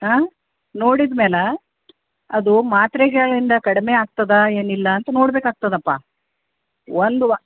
ಹಾಂ ನೋಡಿದ ಮೇಲೆ ಅದು ಮಾತ್ರೆಗಳಿಂದ ಕಡಿಮೆ ಆಗ್ತದೆ ಏನಿಲ್ಲ ಅಂತ ನೋಡಬೇಕಾಗ್ತದಪ್ಪ ಒಂದು ವಾ